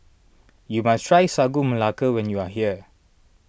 you must try Sagu Melaka when you are here